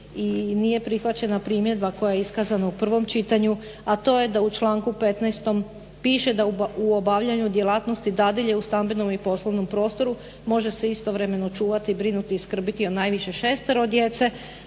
nije prihvaćena primjedba koja je iskazana u prvom čitanju, a to je da u članku 15. piše da u obavljanju djelatnosti dadilje u stambenom i poslovnom prostoru može se istovremeno čuvati, brinuti i skrbiti o najviše 6 djece,